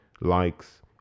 likes